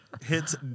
Hits